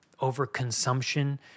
overconsumption